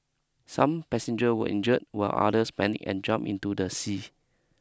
some passenger were injured while others panic and jump into the sea